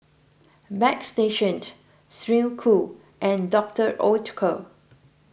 Bagstationz Snek Ku and Doctor Oetker